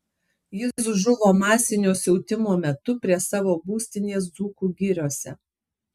jis žuvo masinio siautimo metu prie savo būstinės dzūkų giriose